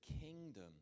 kingdom